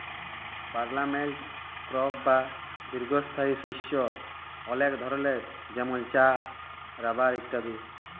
permanent crop বা দীঘ্ঘস্থায়ী শস্য অলেক ধরলের যেমল চাঁ, রাবার ইত্যাদি